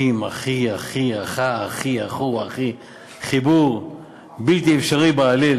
אחים, אחי, אחי, אחו, אחי, חיבור בלתי אפשרי בעליל